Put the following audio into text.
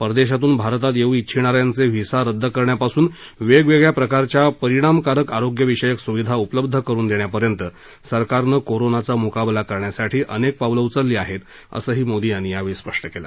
परदेशातून भारतात येऊ इच्छिणाऱ्यांचे व्हिसा रद्द करण्यापासून वेगवेगळ्या प्रकारच्या परिणामकारक आरोग्यविषयक स्विधा उपलब्ध करून देण्यापर्यंत सरकारनं कोरोनाचा म्काबला करण्यासाठी अनेक पावलं उचलली आहेत असंही मोदी यांनी स्पष् केलं